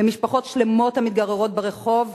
במשפחות שלמות המתגוררות ברחוב,